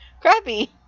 crappy